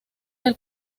del